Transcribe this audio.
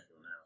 now